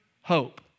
hope